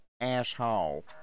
Asshole